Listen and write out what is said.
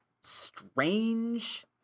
strange